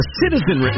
citizen